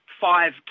five